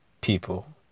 people